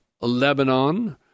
Lebanon